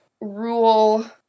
rule